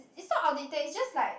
is not outdated it just like